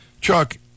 Chuck